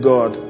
God